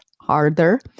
harder